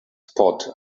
spot